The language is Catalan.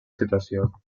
situació